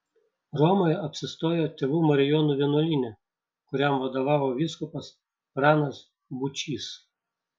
romoje apsistojo tėvų marijonų vienuolyne kuriam vadovavo vyskupas pranas būčys